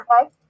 Okay